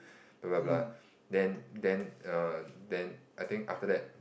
blah blah blah then then err then I think after that